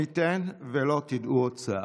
מי ייתן ולא תדעו עוד צער.